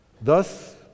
Thus